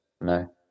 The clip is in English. No